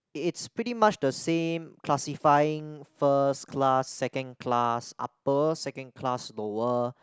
it's pretty much the same classifying first class second class upper second class lower